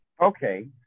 Okay